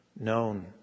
known